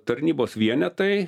tarnybos vienetai